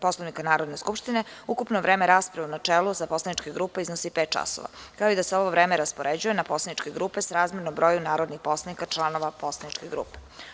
Poslovnika Narodne skupštine, ukupno vreme rasprave u načelu za poslaničke grupe iznosi pet časova, kao i da se ovo vreme raspoređuje na poslaničke grupe srazmerno broju narodnih poslanika članova poslaničkih grupa.